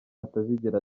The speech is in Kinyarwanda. atazigera